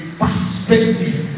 perspective